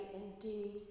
indeed